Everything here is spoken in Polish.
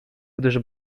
gdyż